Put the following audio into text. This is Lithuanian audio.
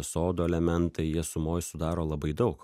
sodo elementai jie sumoj sudaro labai daug